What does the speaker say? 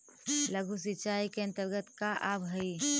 लघु सिंचाई के अंतर्गत का आव हइ?